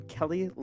Kelly